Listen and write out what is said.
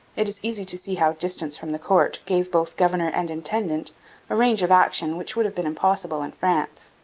it is easy to see how distance from the court gave both governor and intendant a range of action which would have been impossible in france.